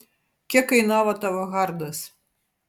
kiek kainavo tavo hardas